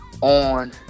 on